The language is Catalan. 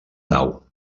nau